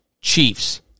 Chiefs